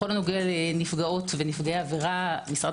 בכל הנוגע לנפגעות ונפגעי עבירה משרד